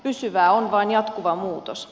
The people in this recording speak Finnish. pysyvää on vain jatkuva muutos